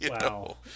Wow